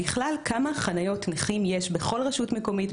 בכלל כמה חניות נכים יש בכל רשות מקומית,